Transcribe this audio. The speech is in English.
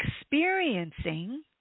experiencing